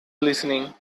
listening